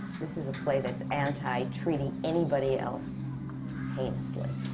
this is a play that's anti treating anybody else heinously.